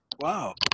Wow